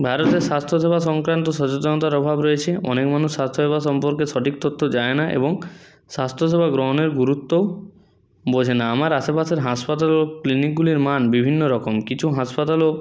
ভারতের স্বাস্থ্যসেবা সংক্রান্ত সচেতনতার অভাব রয়েছে অনেক মানুষ স্বাস্থ্যসেবা সম্পর্কে সঠিক তথ্য জানে না এবং স্বাস্থ্যসেবা গ্রহণের গুরুত্বও বোঝে না আমার আশেপাশের হাসপাতাল ও ক্লিনিকগুলির মান বিভিন্ন রকম কিছু হাসপাতাল ও